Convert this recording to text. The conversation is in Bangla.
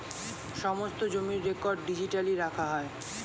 সমস্ত জমির রেকর্ড ডিজিটালি রাখা যায়